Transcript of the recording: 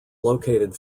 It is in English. located